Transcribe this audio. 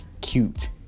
cute